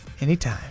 Anytime